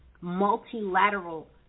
multilateral